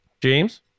James